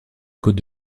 côte